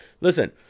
listen